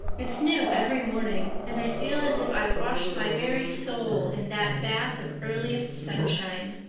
it's new every morning, and i feel as if i washed my very soul in that bath of earliest sunshine.